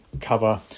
cover